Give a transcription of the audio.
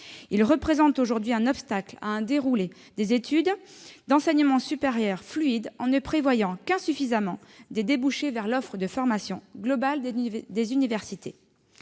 Il représente aujourd'hui un obstacle à un déroulé fluide des études d'enseignement supérieur, en ne prévoyant qu'insuffisamment des débouchés vers l'offre de formation globale des universités.